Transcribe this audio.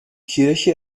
kirche